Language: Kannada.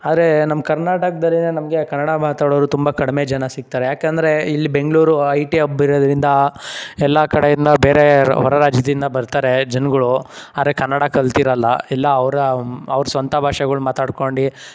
ಆದರೆ ನಮ್ಮ ಕರ್ನಾಟಕ್ದಲ್ಲೆ ನಮಗೆ ಕನ್ನಡ ಮಾತಾಡೋರು ತುಂಬ ಕಡಿಮೆ ಜನ ಸಿಗ್ತಾರೆ ಯಾಕಂದರೆ ಇಲ್ಲಿ ಬೆಂಗಳೂರು ಐ ಟಿ ಅಬ್ ಇರೋದ್ರಿಂದ ಎಲ್ಲ ಕಡೆಯಿಂದ ಬೇರೆ ಹೊರ ರಾಜ್ಯದಿಂದ ಬರ್ತಾರೆ ಜನ್ಗಳು ಆದರೆ ಕನ್ನಡ ಕಲ್ತಿರೋಲ್ಲ ಇಲ್ಲ ಅವರ ಅವ್ರ ಸ್ವಂತ ಭಾಷೆಗಳು ಮಾತಾಡ್ಕೊಂಡು